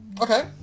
Okay